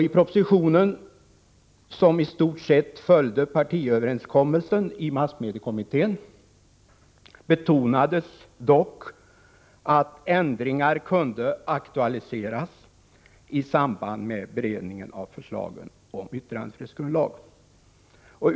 I propositionen, som i stort sett följer partiöverenskommelsen i massmediekommittén, betonas dock att ändringar kan aktualiseras i samband med beredningen av förslagen om yttrandefrihetsgrundlag.